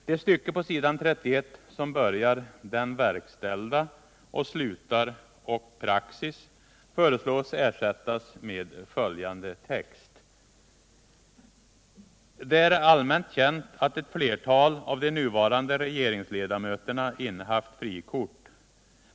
Det stycke på s. 31 som börjar med ”Den verkställda granskningen” och slutar med ”lagstiftning och praxis” föreslås bli ersatt med följande text: Det är allmänt känt att ett flertal av de nuvarande regeringsledamöterna innehaft frikort.